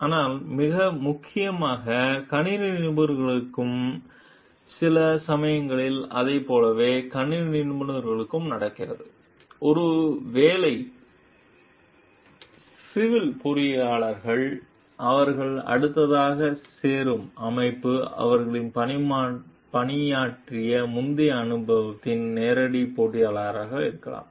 ஆனால் முக்கியமாக கணினி நிபுணர்களுக்கும் சில சமயங்களில் அதைப் போலவே கணினி நிபுணர்களுக்கும் நடக்கிறது ஒருவேளை சிவில் பொறியியலாளர்கள் அவர்கள் அடுத்ததாக சேரும் அமைப்பு அவர்கள் பணியாற்றிய முந்தைய அமைப்பின் நேரடி போட்டியாளராக இருக்கலாம்